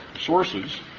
sources